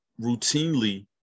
routinely